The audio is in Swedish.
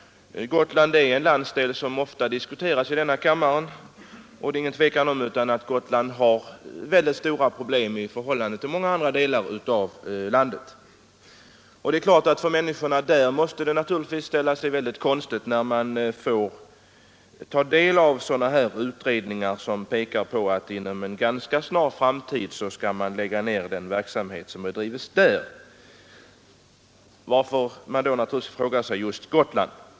Gotland är en landsdel som ofta diskuteras i denna kammare, och det råder ingen tvekan om att Gotland har mycket stora problem i förhållande till många andra delar av landet. För människorna där måste det givetvis te sig mycket konstigt att få ta del av sådana här utredningar som pekar på att den verksamhet som bedrivs skall läggas ned inom en ganska snar framtid. Varför just Gotland, frågar de sig naturligtvis då.